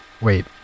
Wait